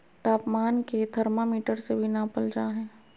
तापमान के थर्मामीटर से भी नापल जा हइ